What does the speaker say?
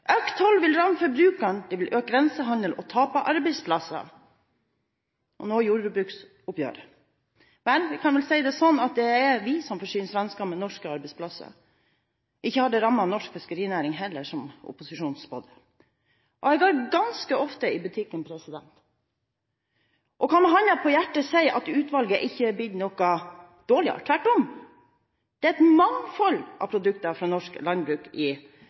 Økt toll vil ramme forbrukerne, det vil bli økt grensehandel og tap av arbeidsplasser – og nå har vi jordbruksoppgjøret. Vel, vi kan vel si det sånn at det er vi som forsyner svenskene med norske arbeidsplasser. Ikke har det rammet norsk fiskerinæring heller, som opposisjonen spådde. Jeg går ganske ofte i butikken og kan med hånden på hjertet si at utvalget ikke er blitt noe dårligere – tvert om. Det er et mangfold av produkter fra norsk landbruk i